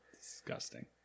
Disgusting